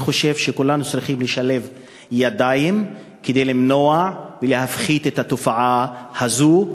אני חושב שכולנו צריכים לשלב ידיים כדי למנוע ולהפחית את התופעה הזאת,